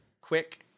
Quick